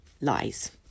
lies